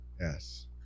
yes